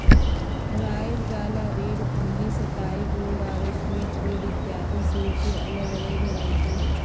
royal gala, red Fuji, सताई gold आरो sweet red इत्यादि सेब के अलग अलग वैरायटी हय